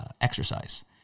exercise